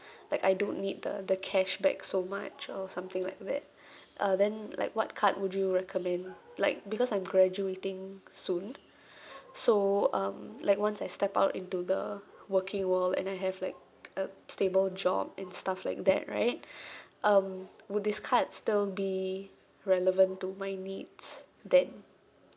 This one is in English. like I don't need the the cashback so much or something like that uh then like what card would you recommend like because I'm graduating soon so um like once I step out into the working world and I have like a stable job and stuff like that right um would this card still be relevant to my needs then